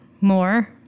more